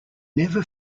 never